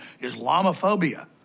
Islamophobia